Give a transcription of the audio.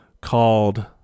called